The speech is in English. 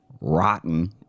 rotten